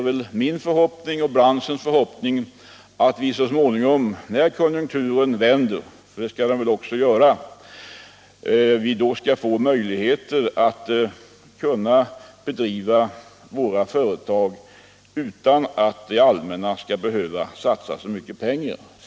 Vi i glasbranschen hoppas att vi så småningom — när konjunkturen vänder, för det skall den väl ändå göra — skall få möjligheter att driva våra företag utan stöd från det allmänna.